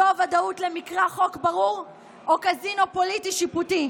זו ודאות למקרא חוק ברור או קזינו פוליטי שיפוטי?